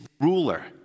ruler